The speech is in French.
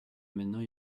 maintenant